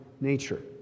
nature